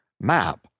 map